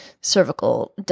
cervical